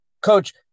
Coach